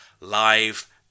live